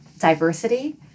diversity